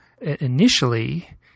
initially